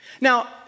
Now